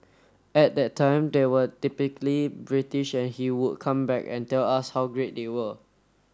at that time they were typically British and he would come back and tell us how great they were